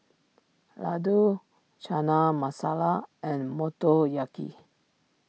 Ladoo Chana Masala and Motoyaki